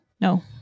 no